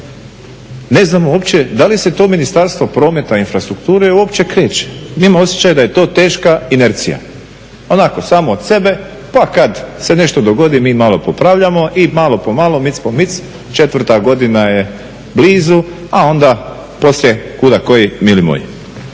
ne znamo uopće da li se to Ministarstvo prometa, infrastrukture uopće kreće. Mi imamo osjećaj da je to teška inercija, onako samo od sebe, pa kad se nešto dogodi mi malo popravljamo i malo po malo, mic po mic četvrta godina je blizu, a onda poslije kuda koji mili moji